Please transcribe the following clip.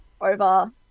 over